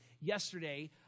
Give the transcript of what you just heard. Yesterday